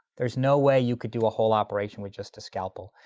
there's no way you could do a whole operation with just a scalpel.